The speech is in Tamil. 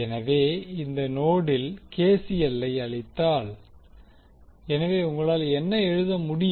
எனவே இந்த நோடில் கே சி எல் ஐ அளித்தால் எனவே உங்களால் என்ன எழுத முடியும்